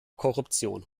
korruption